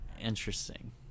Interesting